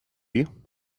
you